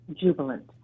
jubilant